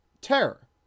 terror